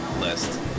list